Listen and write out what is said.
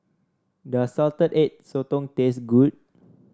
does Salted Egg Sotong taste good